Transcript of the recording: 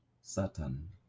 Satan